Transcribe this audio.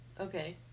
Okay